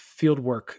fieldwork